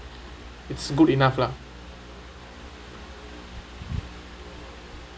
is good enough lah